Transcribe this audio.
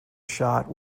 shot